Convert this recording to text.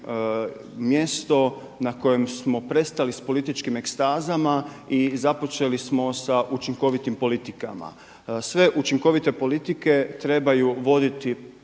mjesto na kojem smo prestali s političkim ekstazama i započeli smo sa učinkovitim politikama. Sve učinkovite politike trebaju voditi